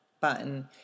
button